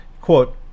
quote